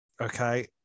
Okay